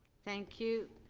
thank you.